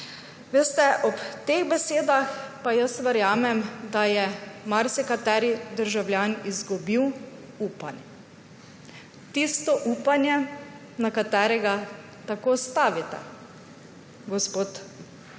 Veste, ob teh besedah pa verjamem, da je marsikateri državljan izgubil upanje. Tisto upanje, na katero tako stavite, gospod